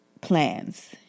plans